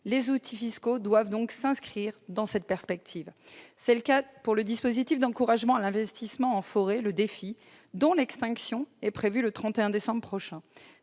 Les outils fiscaux doivent donc s'inscrire dans cette perspective. C'est le cas pour le dispositif d'encouragement à l'investissement en forêt, le DEFI, dont l'extinction est prévue le 31 décembre prochain.